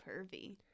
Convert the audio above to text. pervy